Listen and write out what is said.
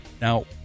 Now